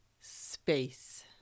space